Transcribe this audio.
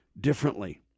differently